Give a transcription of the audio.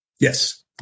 Yes